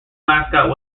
mascot